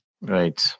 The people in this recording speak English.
Right